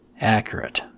accurate